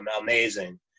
amazing